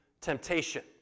temptation